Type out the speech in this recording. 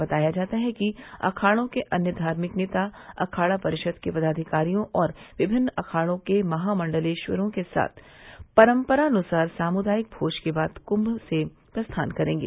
बताया जाता है कि अखाड़ों के अन्य धार्मिक नेता अखाड़ा परिषद के पदाधिकारियों और विभिन्न अखाड़ों के महामंडलेश्वरों के साथ परंपरानुसार सामुदायिक भोज के बाद कृम्म से प्रस्थान करेंगे